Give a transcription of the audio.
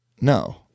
no